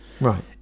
right